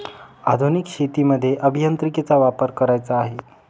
आधुनिक शेतीमध्ये अभियांत्रिकीचा वापर करायचा आहे